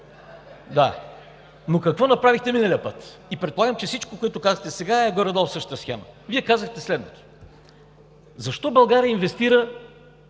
Но какво направихте миналия път? Предполагам, че всичко, което казахте сега, е горе-долу в същата схема. Вие казахте следното: „Защо България инвестира